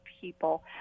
people